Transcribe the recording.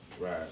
Right